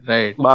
Right